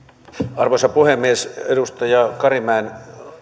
arvoisa puhemies edustaja karimäen